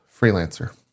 freelancer